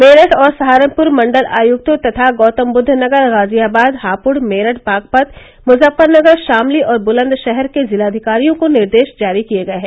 मेरठ और सहारनपुर मंडल आयुक्तों तथा गौतमबुद्ध नगर गाजियाबाद हाप्ड़ मेरठ बागपत मुजफ्फरनगर शामली और बुलंदशहर के जिलाधिकारियों को निर्देश जारी किए गए हैं